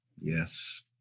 Yes